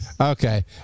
Okay